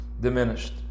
diminished